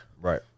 Right